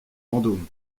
vendôme